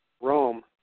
Rome